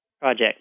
project